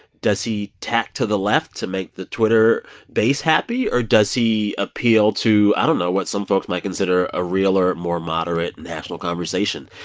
does he tack to the left to make the twitter base happy? or does he appeal to i don't know what some folks might consider a realer, more moderate national conversation?